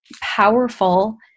powerful